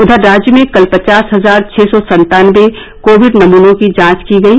उधर राज्य में कल पचास हजार छः सौ सत्तानवे कोविड नमूनों की जांच की गयी